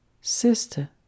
sister